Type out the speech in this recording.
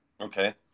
Okay